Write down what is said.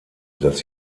dass